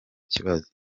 kibazo